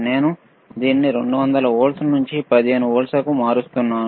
నేను దీనిని 230 వోల్ట్ల నుండి 15 వోల్ట్ల వరకు మారుస్తున్నాను